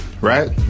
right